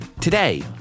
Today